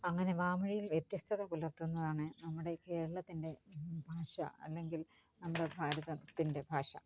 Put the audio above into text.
അങ്ങനെ വാമൊഴിയിൽ വ്യത്യസ്തത പുലർത്തുന്നതാണ് നമ്മുടെ കേരളത്തിൻ്റെ ഭാഷ അല്ലെങ്കിൽ നമ്മുടെ ഭാരതത്തിൻ്റെ ഭാഷ